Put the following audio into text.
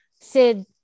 Sid